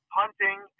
hunting